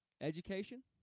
Education